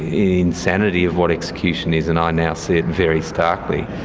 insanity of what execution is, and i now see it very starkly.